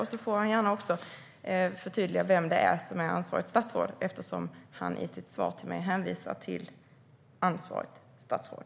Han får gärna också förtydliga vem det är som är ansvarigt statsråd, eftersom han i sitt svar till mig hänvisar till ansvarigt statsråd.